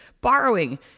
borrowing